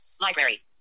library